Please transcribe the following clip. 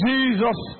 Jesus